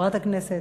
חברת הכנסת,